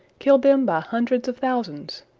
killed them by hundreds of thousands,